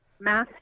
math